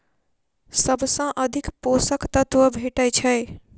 सबसँ अधिक पोसक तत्व भेटय छै?